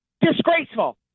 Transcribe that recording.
Disgraceful